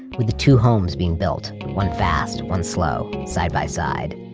with the two homes being built. one fast, one slow, side by side.